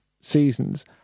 seasons